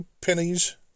pennies